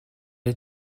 wyt